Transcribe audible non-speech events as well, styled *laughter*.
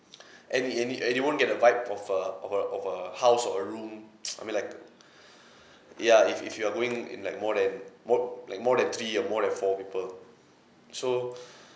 and it and it and you won't get the vibe of a of a of a house or a room *noise* I mean like *breath* ya if if you are going in like more than more like more than three or more than four people so